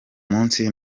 munsi